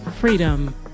freedom